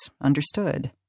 understood